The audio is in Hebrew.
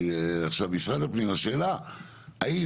מי